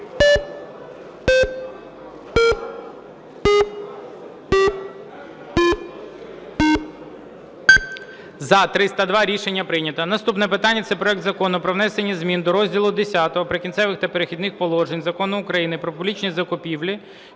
За-302 Рішення прийнято. Наступне питання – це проект Закону про внесення зміни до розділу X "Прикінцеві та перехідні положення" Закону України "Про публічні закупівлі"